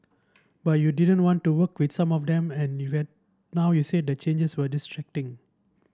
but you didn't want to work with some of them and even now you said that the changes were distracting